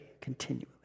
continually